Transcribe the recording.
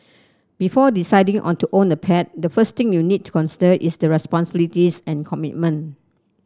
before deciding on to own a pet the first thing you need to consider is the responsibilities and commitment